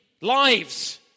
lives